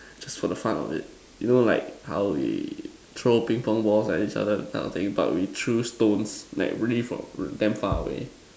just for the fun of it you know like how we throw Ping pong balls at each other that kind of thing but we threw stones but really from damn far away